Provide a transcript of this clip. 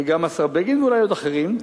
וגם השר בגין, ואולי עוד אחרים,